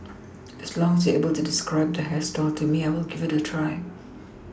as long as they are able to describe the hairstyle to me I will give it a try